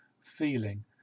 feeling